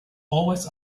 always